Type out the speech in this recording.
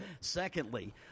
Secondly